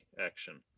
action